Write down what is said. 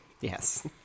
yes